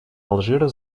алжира